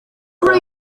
kuri